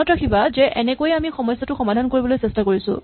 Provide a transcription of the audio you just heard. মনত ৰাখিবা যে এনেকৈয়ে আমি সমস্যাটো সমাধান কৰিবলৈ চেষ্টা কৰিছো